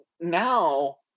Now